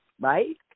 right